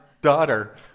Daughter